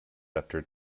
after